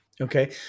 Okay